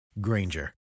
Granger